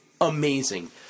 amazing